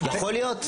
יכול להיות?